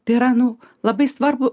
tai yra nu labai svarbu